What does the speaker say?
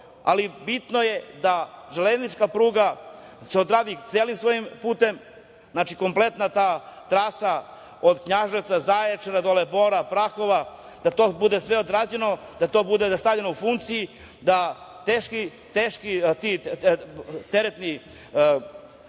ali bitno je da železnička pruga se odradi celim svojim putem. Znači, konkretna ta trasa od Knjaževca, Zaječara, dole Bora, Prahova, da to bude sve odrađeno, da to bude stavljeno u funkciju, da ti teški teretni